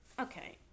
okay